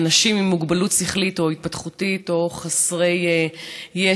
אנשים עם מוגבלות שכלית או התפתחותית או חסרי ישע),